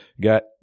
got